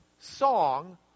song